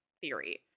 Theory